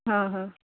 हा हा